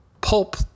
pulp